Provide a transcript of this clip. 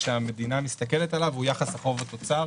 שהמדינה מסתכלת עליו הוא יחס חוב-תוצר,